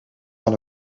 van